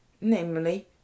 namely